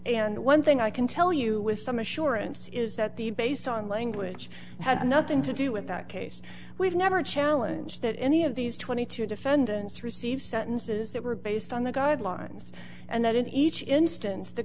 and one thing i can tell you with some assurance is that the based on language had nothing to do with that case we've never challenge that any of these twenty two defendants received sentences that were based on the guidelines and that in each instance the